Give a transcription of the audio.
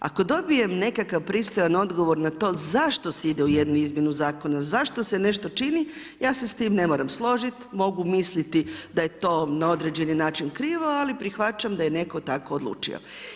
Ako dobijem nekakav pristojan odgovor na to zašto se ide u jednu izmjenu zakona, zašto se nešto čini, ja se s tim ne moram složiti, mogu misliti da je to na određeni način krivo ali prihvaćam daj netko tako odlučio.